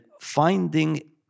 finding